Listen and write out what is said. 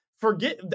forget